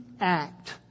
act